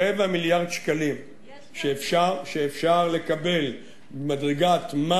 רבע מיליארד שקלים שאפשר לקבל ממדרגת מס